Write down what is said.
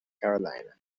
carolina